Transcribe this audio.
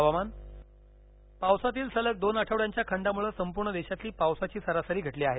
हवामान पावसातील सलग दोन आठवड्यांच्या खंडामुळे संपूर्ण देशातली पावसाची सरासरी घटली आहे